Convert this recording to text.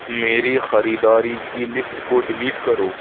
میری خریداری کی لسٹ کو ڈیلیٹ کرو